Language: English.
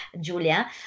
Julia